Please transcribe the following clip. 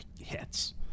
hits